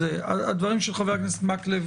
הדברים של חבר הכנסת מקלב